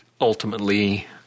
ultimately